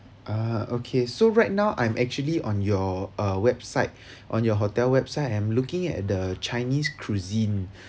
ah okay so right now I'm actually on your uh website on your hotel website I'm looking at the chinese cuisine